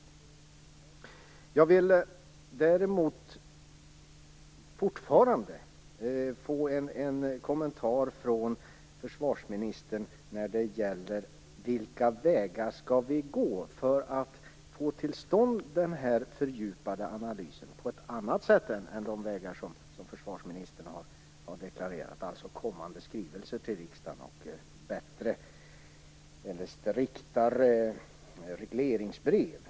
Däremot vill jag fortfarande få ytterligare en kommentar från försvarsministern. Det gäller vilka andra vägar än de som försvarsministern har deklarerat som vi skall gå för att få till stånd denna fördjupade analys. Försvarsministern har ju nämnt kommande skrivelser till riksdagen och striktare regleringsbrev.